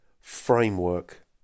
framework